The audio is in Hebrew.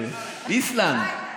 איסלנד.